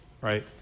right